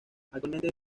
actualmente